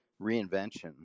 reinvention